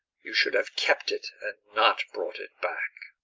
you should have kept it and not brought it back.